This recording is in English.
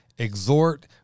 Exhort